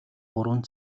гурван